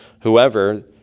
whoever